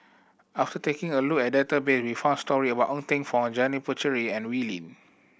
after taking a look at the database we found story about Ng Teng Fong Janil Puthucheary and Wee Lin